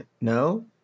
No